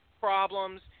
problems